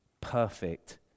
perfect